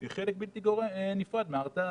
היא חלק בלתי נפרד מההרתעה.